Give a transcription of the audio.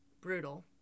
brutal